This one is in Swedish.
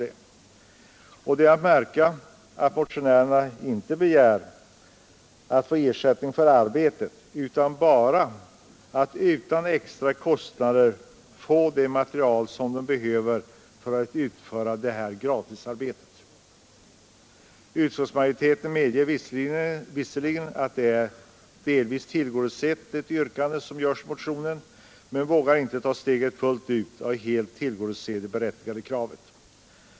Det är att märka att motionärerna inte begär att kommunerna skall få ersättning för arbetet utan bara att kommunerna utan extra kostnad får det material de behöver för att utföra detta gratisarbete. Utskottsmajoriteten medger visserligen att motionärernas yrkande delvis är tillgodosett men vågar inte ta steget fullt ut och helt tillgodose det berättigade kravet.